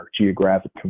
geographic